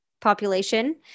population